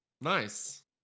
Nice